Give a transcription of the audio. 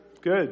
Good